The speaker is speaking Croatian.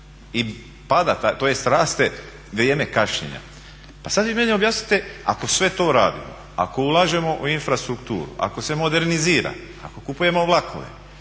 2 sata skoro i raste vrijeme kašnjenja. Pa sad vi meni objasnite ako sve to radimo, ako ulažemo u infrastrukturu, ako se modernizira, ako kupujemo vlakove,